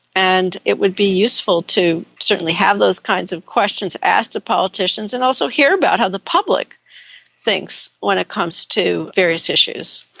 and it would be useful to certainly have those kinds of questions asked of politicians and also hear about how the public thinks when it comes to various issues.